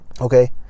okay